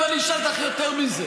עכשיו אני אשאל אותך יותר מזה.